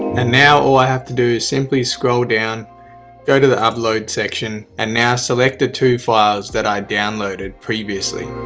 and now all i have to do is simply scroll down go to the upload section and now select the two files that i downloaded previously